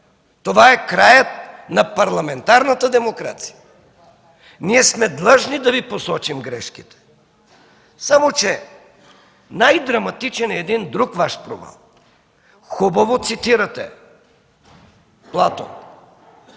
това е краят на парламентарната демокрация. Ние сме длъжни да Ви посочим грешките. Само че най-драматичен е друг Ваш провал. Хубаво цитирате Платон,